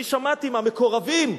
אני שמעתי מהמקורבים,